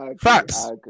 Facts